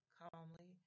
calmly